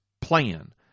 plan